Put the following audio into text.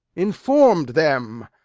inform'd them?